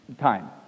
time